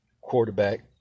quarterback